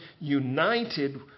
united